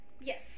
Yes